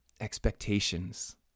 expectations